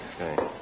Okay